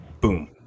Boom